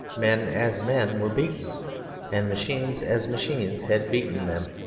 men, as men, were beaten and machines, as machines, had beaten them.